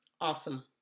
Awesome